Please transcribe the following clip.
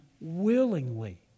willingly